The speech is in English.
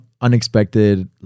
unexpected